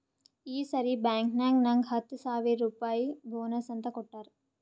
ಈ ಸರಿ ಬ್ಯಾಂಕ್ನಾಗ್ ನಂಗ್ ಹತ್ತ ಸಾವಿರ್ ರುಪಾಯಿ ಬೋನಸ್ ಅಂತ್ ಕೊಟ್ಟಾರ್